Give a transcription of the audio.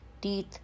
Teeth